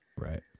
Right